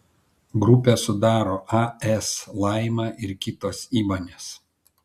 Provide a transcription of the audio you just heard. grupę sudaro as laima ir kitos įmonės